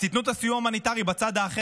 אז תיתנו את הסיוע ההומניטרי בצד האחר.